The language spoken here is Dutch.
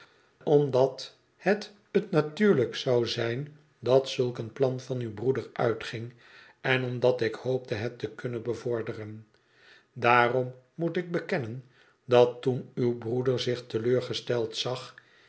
omdat het t natuurlijkst zou zijn dat zulk een plan van uw broeder uitging en omdat ik hoopte het te kunnen bevorderen daarom moet ik bekennen dat toen uw broeder zich te leur gesteld zag